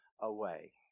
away